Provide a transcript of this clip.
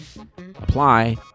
apply